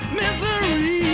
misery